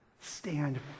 Stand